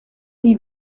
die